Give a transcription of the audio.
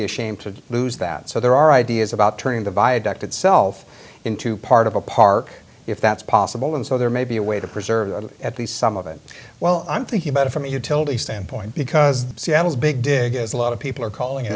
be a shame to lose that so there are ideas about turning the viaduct itself into part of a park if that's possible and so there may be a way to preserve the at least some of it well i'm thinking about it from a utility standpoint because seattle's big dig is a lot of people are calling